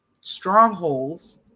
strongholds